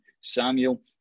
Samuel